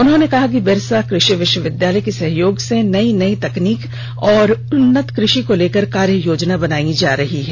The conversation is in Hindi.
उन्होंने कहा कि बिरसा कृषि विष्वविद्यालय के सहयोग से नई नई तकनीक और उन्नत कृषि को लेकर कार्य योजना बनायी जा रही है